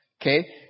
Okay